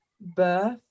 birth